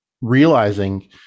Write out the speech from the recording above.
realizing